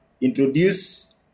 introduce